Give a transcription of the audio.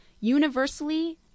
universally